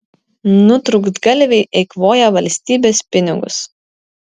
nutrūktgalviai eikvoja valstybės pinigus